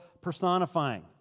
personifying